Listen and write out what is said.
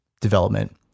development